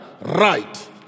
right